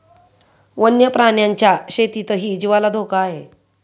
वन्य प्राण्यांच्या शेतीतही जीवाला धोका आहे